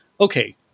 okay